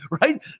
right